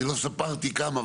אני לא ספרתי כמה,